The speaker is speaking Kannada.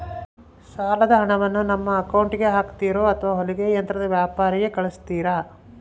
ಸಾಲದ ಹಣವನ್ನು ನಮ್ಮ ಅಕೌಂಟಿಗೆ ಹಾಕ್ತಿರೋ ಅಥವಾ ಹೊಲಿಗೆ ಯಂತ್ರದ ವ್ಯಾಪಾರಿಗೆ ಕಳಿಸ್ತಿರಾ?